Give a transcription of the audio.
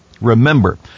Remember